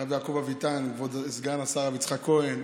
הרב יעקב אביטן, כבוד סגן השר יצחק כהן,